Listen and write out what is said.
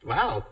Wow